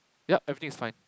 yup everything is fine